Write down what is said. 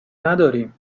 نداریم